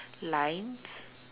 lines